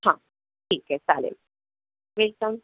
हं ठीक आहे चालेल वेलकम